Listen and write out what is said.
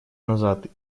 назад